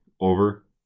over